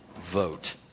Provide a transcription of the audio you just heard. vote